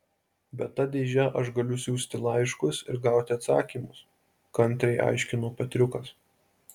bet ta dėže aš galiu siųsti laiškus ir gauti atsakymus kantriai aiškino petriukas